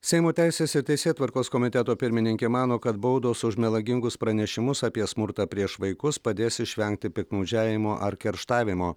seimo teisės ir teisėtvarkos komiteto pirmininkė mano kad baudos už melagingus pranešimus apie smurtą prieš vaikus padės išvengti piktnaudžiavimo ar kerštavimo